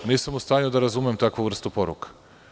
Nisam u stanjuda razumem takvu vrstu poruka.